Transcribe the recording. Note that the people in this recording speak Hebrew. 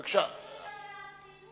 תתחילי